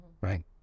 right